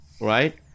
Right